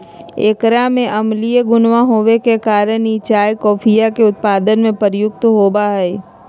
एकरा में अम्लीय गुणवा होवे के कारण ई चाय कॉफीया के उत्पादन में प्रयुक्त होवा हई